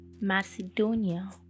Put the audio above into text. Macedonia